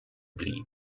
blieb